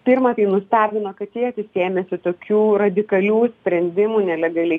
pirma tai nustebino kad tėtis ėmėsi tokių radikalių sprendimų nelegaliai